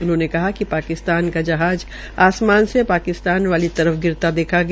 उन्होंने कहा कि पाकिस्तान का जहाज आसमान से पाकिस्तान वाली तरफ गिरता देखा गया